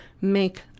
make